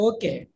Okay